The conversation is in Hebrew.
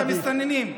השאירו את המסתננים.